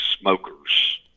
smokers